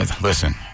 listen